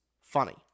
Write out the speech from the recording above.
Funny